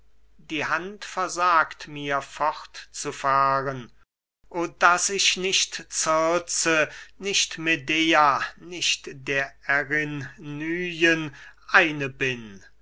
die hand versagt mir fortzufahren o daß ich nicht circe nicht medea nicht der erinnyen eine bin